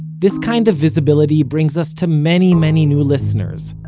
this kind of visibility brings us to many many new listeners,